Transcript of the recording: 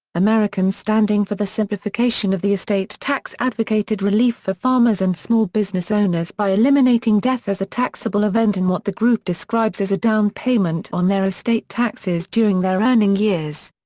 americans standing for the simplification of the estate tax advocated relief for farmers and small business owners by eliminating death as a taxable event in what the group describes as a down payment on their estate taxes during their earning years.